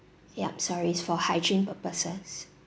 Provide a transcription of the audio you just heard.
yup sorry it's for hygiene purposes